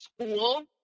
school